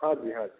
हाँ जी हाँ जी